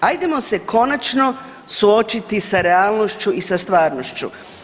Hajdemo se konačno suočiti sa realnošću i sa stvarnošću.